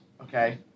Okay